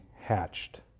hatched